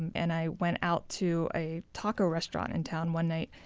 and i went out to a taco restaurant in town one night.